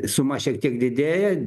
suma šiek tiek didėja